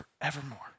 forevermore